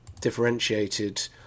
differentiated